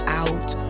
out